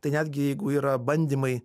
tai netgi jeigu yra bandymai